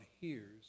hears